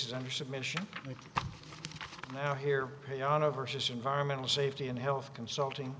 is under submission now here pay on a versus environmental safety and health consulting